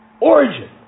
Origin